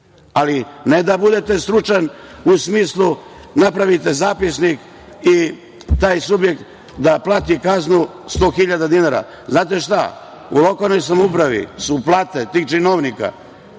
Ali, ne da budete stručan u smislu da napravite zapisnik, taj subjekt plati kaznu 100 hiljada dinara. Znate šta, u lokalnoj samoupravi su plate tih činovnika